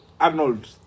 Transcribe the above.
Arnold